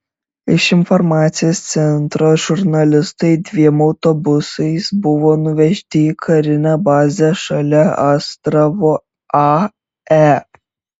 iš informacijos centro žurnalistai dviem autobusais buvo nuvežti į karinę bazę šalia astravo ae